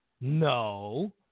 No